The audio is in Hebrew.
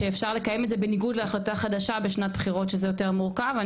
שאפשר לקיים את זה בניגוד להחלטה חדשה בשנת בחירות שזה יותר מורכב.